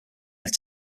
have